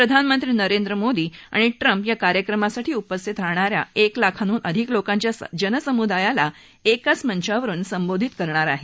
प्रधानमंत्री नरेंद्र मोदी आणि ट्रम्प या कार्यक्रमासाठी उपस्थित राहणाऱ्या एक लाखांहून अधिक लोकांच्या जनसमुदायाला एकाच मंचावरून संबोधित करणार आहेत